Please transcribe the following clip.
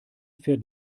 fährt